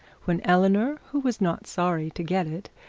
when eleanor, who was not sorry to get it,